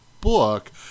book